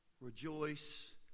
rejoice